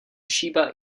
shiba